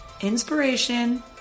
Inspiration